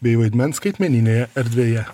bei vaidmens skaitmeninėje erdvėje